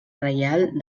reial